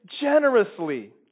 generously